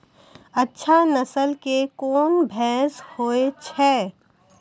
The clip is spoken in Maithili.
अच्छा नस्ल के कोन भैंस होय छै?